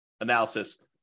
analysis